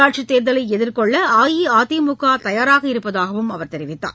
உள்ளாட்சித் தேர்தலை எதிர்கொள்ள அஇஅதிமுக தயாராக இருப்பதாகவும் அவர் தெரிவித்தார்